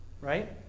Right